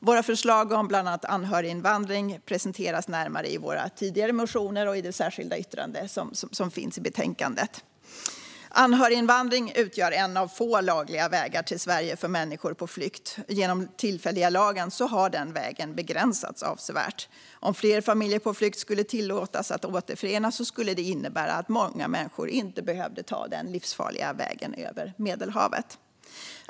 Våra förslag om bland annat anhöriginvandring presenteras närmare i våra tidigare motioner och i det särskilda yttrande som finns i betänkandet. Anhöriginvandring utgör en av få lagliga vägar till Sverige för människor på flykt. Genom den tillfälliga lagen har den vägen begränsats avsevärt. Om fler familjer på flykt skulle tillåtas återförenas skulle det innebära att många människor inte behövde ta den livsfarliga vägen över Medelhavet.